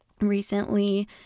recently